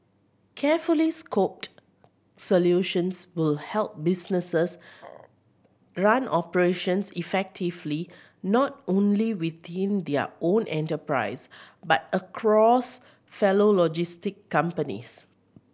carefully scoped solutions will help businesses run operations effectively not only within their own enterprise but across fellow logistics companies